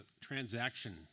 transaction